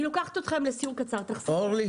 אני לוקחת אתכם לסיור קצר --- אורלי,